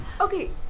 Okay